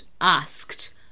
asked